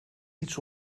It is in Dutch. iets